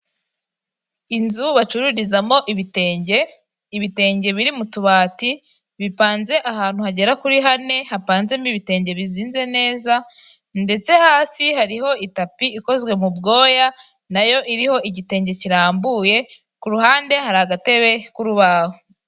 Inzu bacururizamo ibitenge, ibitenge biri mu tubati bipanze ahantu hagera kuri hane hapanzemo ibitenge bizinze neza ndetse hasi hariho itapi ikozwe mu bwoya nayo iriho igitenge kirambuye, ku ruhande hari agatebe k'urubaho.